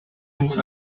nous